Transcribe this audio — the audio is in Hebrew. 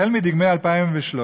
החל מדגמי 2013,